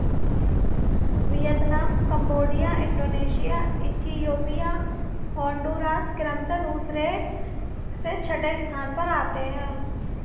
Vietnam Cambodia Indonesia Ethiopia Honduras क्रमशः दूसरे से छठे स्थान पर आते हैं